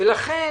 לכן